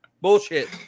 Bullshit